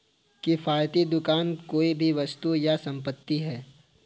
किफ़ायती दुकान कोई भी वस्तु या संपत्ति है